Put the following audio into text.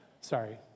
Sorry